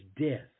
death